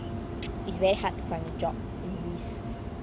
it's very hard to find a job in this